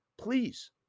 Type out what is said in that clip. Please